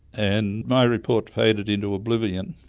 and my report faded into oblivion.